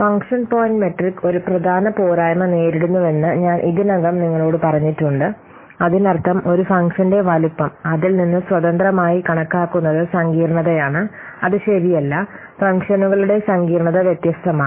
function point metric ഒരു പ്രധാന പോരായ്മ നേരിടുന്നുവെന്ന് ഞാൻ ഇതിനകം നിങ്ങളോട് പറഞ്ഞിട്ടുണ്ട് അതിനർത്ഥം ഒരു ഫംഗ്ഷന്റെ വലുപ്പം അതിൽ നിന്ന് സ്വതന്ത്രമായി കണക്കാക്കുന്നത് സങ്കീർണ്ണതയാണ് അത് ശരിയല്ല ഫംഗ്ഷനുകളുടെ സങ്കീർണ്ണത വ്യത്യസ്തമാണ്